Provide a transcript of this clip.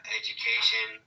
education